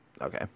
okay